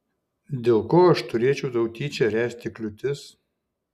dėl ko aš turėčiau tau tyčia ręsti kliūtis